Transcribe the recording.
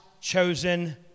chosen